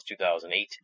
2008